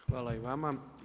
Hvala i vama.